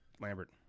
lambert